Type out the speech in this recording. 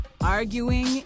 arguing